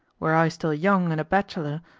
were i still young and a bachelor,